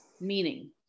meaning